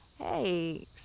Hey